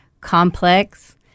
complex